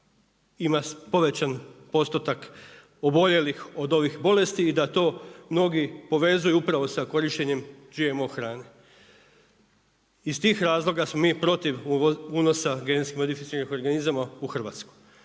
ima povećan postotak oboljelih od ovih bolesti i da to mnogi povezuju upravo sa korištenjem GMO hrane. Iz tih razloga smo mi protiv unosa GMO-a u Hrvatsku.